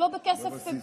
לא בבסיס.